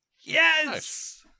Yes